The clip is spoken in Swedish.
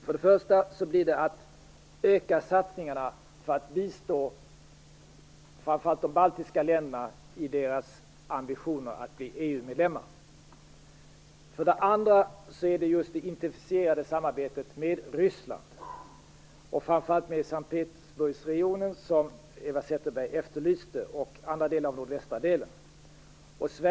För det första kommer vi att öka satsningarna för att bistå framför allt de baltiska länderna i deras ambitioner att bli EU-medlemmar. För det andra intensifierar vi samarbetet med Ryssland, framför allt med Sankt Petersburgsregionen, som Eva Zetterberg efterlyste, och andra delar av den nordvästra delen.